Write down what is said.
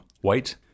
white